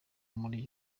muri